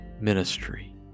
ministry